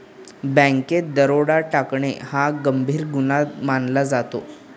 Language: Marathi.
बँकेत दरोडा टाकणे हा गंभीर गुन्हा मानला जातो